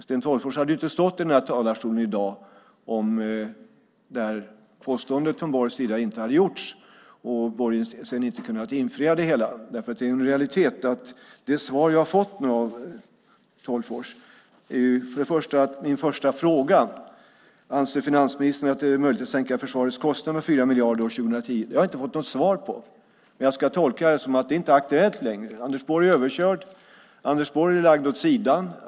Sten Tolgfors hade inte stått i den här talarstolen i dag om Borg inte hade gjort det där påståendet och sedan inte kunnat infria det hela. Det är en realitet att i det svar som jag har fått av Tolgfors har jag inte fått svar på min första fråga: Anser finansministern att det är möjligt att sänka försvarets kostnader med 4 miljarder år 2010? Ska jag tolka det som att det inte är aktuellt längre? Anders Borg är överkörd. Anders Borg är lagd åt sidan.